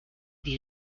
die